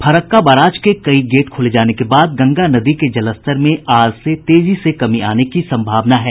Farakka barrage के कई gate खोले जाने के बाद गंगा नदी के जलस्तर में आज से तेजी से कमी आने की सम्भावना है